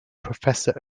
professor